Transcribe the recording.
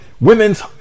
women's